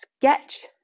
Sketch